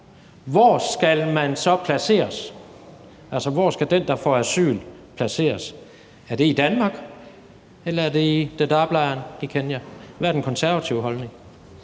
Hvor skal man så placeres? Altså, hvor skal den, der får asyl, placeres? Er det i Danmark? Eller er det i Dadaab-lejren i Kenya? Hvad er den konservative holdning?